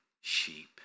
sheep